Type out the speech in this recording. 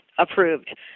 approved